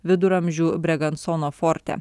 viduramžių bregansono forte